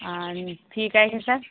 आणि फी काय घेता